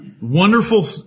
wonderful